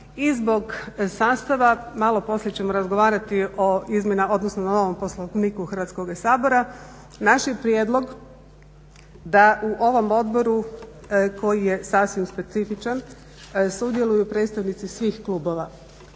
zbog sastava. Malo poslije ćemo razgovarati o novom Poslovniku Hrvatskoga sabora. Naš je prijedlog da u ovom odboru koji je sasvim specifičan sudjeluju predstavnici svih klubova